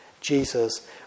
Jesus